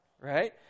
right